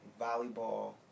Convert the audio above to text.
volleyball